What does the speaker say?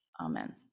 Amen